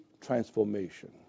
transformation